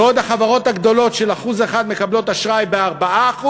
בעוד החברות הגדולות, שהן 1%, מקבלות אשראי ב-4%,